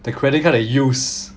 the credit card they use